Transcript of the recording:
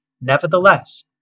Nevertheless